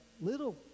little